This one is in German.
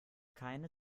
keine